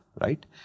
right